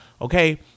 Okay